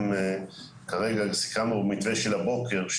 כרגע סיכמנו במתווה של הבוקר,